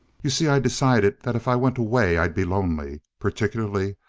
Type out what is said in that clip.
you see, i decided that if i went away i'd be lonely. particularly,